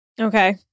Okay